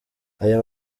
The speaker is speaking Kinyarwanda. aya